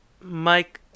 Mike